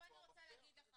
אני רוצה להגיד לך משהו.